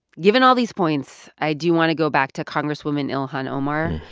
given all these points, i do want to go back to congresswoman ilhan omar.